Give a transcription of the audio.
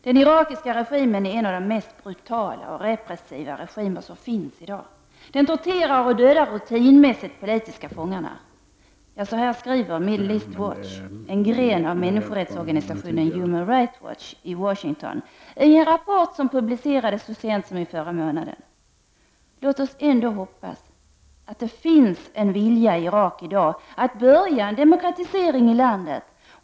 Den irakiska regimen är en av de mest brutala och repressiva regimer som finns i dag. Den torterar och dödar rutinmässigt politiska fångar. Detta skriver Middle East Watch, en gren av människorättsorganisationen Human Rights Watch i Washington, i en rapport som publicerades så sent som i förra månaden. Låt oss ändå hoppas att det i Irak i dag finns en vilja att börja en demokratisering i landet.